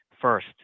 First